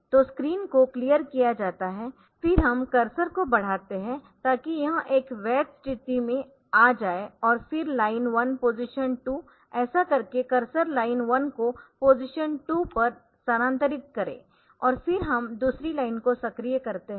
तो स्क्रीन को क्लियर किया जाता है फिर हम कर्सर को बढ़ाते है ताकि यह एक वैध स्थिति में आ जाए और फिर लाइन 1 पोजीशन 2 ऐसा करके कर्सर लाइन 1 को पोजीशन 2 पर स्थानांतरित करें और फिर हम दूसरी लाइन को सक्रिय करते है